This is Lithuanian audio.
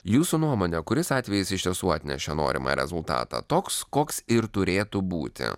jūsų nuomone kuris atvejis iš tiesų atnešė norimą rezultatą toks koks ir turėtų būti